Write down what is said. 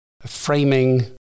framing